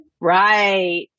Right